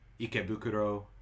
Ikebukuro